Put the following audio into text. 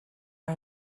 our